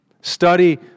Study